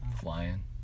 Flying